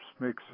makes